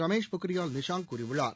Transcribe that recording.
ரமேஷ் பொக்ரியால் நிஷாங் கூறியுள்ளார்